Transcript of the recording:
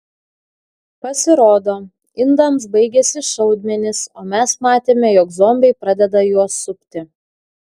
pasirodo indams baigėsi šaudmenys o mes matėme jog zombiai pradeda juos supti